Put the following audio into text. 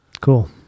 cool